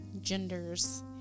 genders